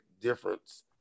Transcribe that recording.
Difference